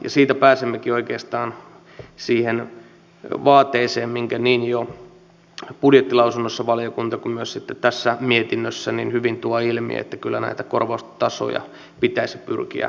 ja siitä pääsemmekin oikeastaan siihen vaateeseen minkä valiokunta niin budjettilausunnossa kuin myös sitten tässä mietinnössä hyvin tuo ilmi että kyllä näitä korvaustasoja pitäisi pyrkiä nostamaan